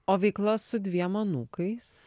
o veikla su dviem anūkais